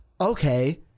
okay